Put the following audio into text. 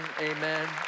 amen